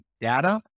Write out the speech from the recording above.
data